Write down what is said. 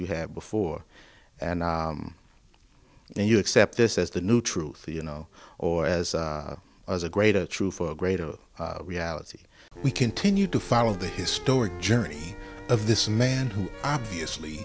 you had before and and you accept this as the new truth you know or as well as a greater truth for a greater reality we continue to follow the historic journey of this man who obviously